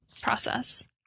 process